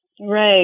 Right